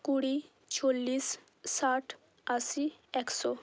কুড়ি চল্লিশ ষাট আশি একশো